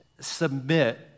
submit